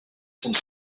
some